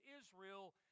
Israel